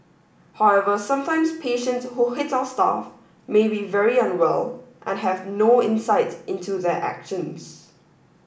however sometimes patients who hits our staff may be very unwell and have no insight into their actions